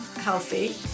healthy